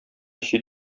чит